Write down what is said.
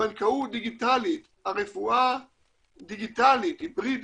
הבנקאות דיגיטלית, הרפואה דיגיטלית, היברידית,